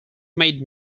made